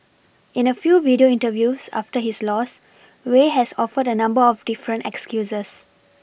in a few video interviews after his loss wei has offered a number of different excuses